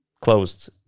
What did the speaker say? closed